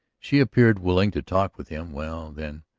she appeared willing to talk with him well, then,